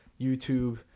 YouTube